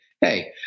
hey